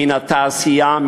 מן התעשייה,